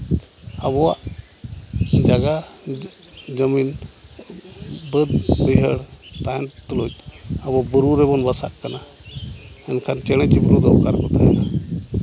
ᱟᱵᱚᱣᱟᱜ ᱡᱟᱭᱜᱟ ᱡᱚᱢᱤᱱ ᱵᱟᱹᱫᱽ ᱵᱟᱹᱭᱦᱟᱹᱲ ᱛᱟᱦᱮᱱ ᱛᱩᱞᱩᱡ ᱟᱵᱚ ᱵᱩᱨᱩ ᱨᱮᱵᱚᱱ ᱵᱟᱥᱟᱜ ᱠᱟᱱᱟ ᱢᱮᱱᱠᱷᱟᱱ ᱪᱮᱬᱮ ᱪᱤᱯᱨᱩᱫ ᱫᱚ ᱚᱠᱟ ᱨᱮᱵᱚᱱ ᱫᱚᱦᱚ ᱠᱚᱣᱟ